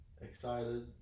excited